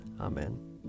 Amen